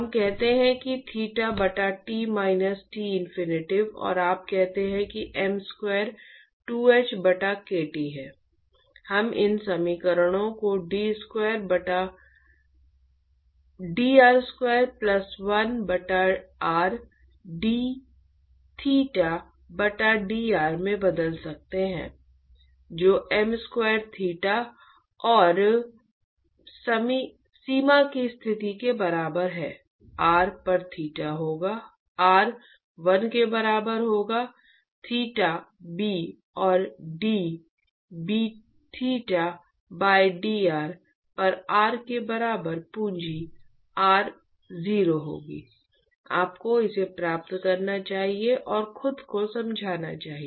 हम कहते हैं कि थीटा बराबर T माइनस T इन्फिनिटी और आप कहते हैं कि m स्क्वायर 2 h बटा kt है हम इन समीकरणों को d स्क्वायर थीटा बटा dr स्क्वायर प्लस 1 बटा r d थीटा बटा dr में बदल सकते हैं जो m स्क्वायर थीटा और सीमा की स्थिति के बराबर है r पर थीटा होगा r 1 के बराबर होगा थीटा b और d थीटा बाय dr पर r के बराबर पूंजी r 0 होगी आपको इसे प्राप्त करना चाहिए और खुद को समझाना चाहिए